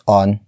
on